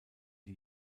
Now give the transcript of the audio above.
die